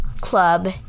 club